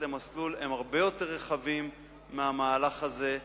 למסלול הם הרבה יותר רחבים מהמהלך הזה,